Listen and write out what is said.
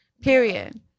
Period